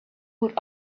would